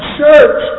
church